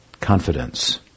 confidence